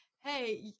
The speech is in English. hey